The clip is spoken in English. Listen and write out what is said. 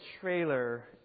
trailer